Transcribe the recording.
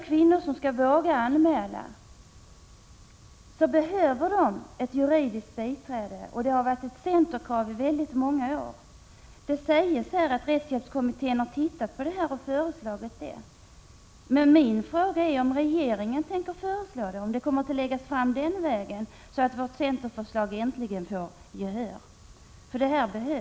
Kvinnor som skall våga anmäla en misshandel behöver ett juridiskt biträde. Det har varit ett centerkrav under många år. Det sägs att rättshjälpskommittén har föreslagit detta. Men min fråga är om regeringen kommer att föreslå det, så att centerförslaget äntligen får gehör.